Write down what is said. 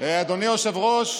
היושב-ראש,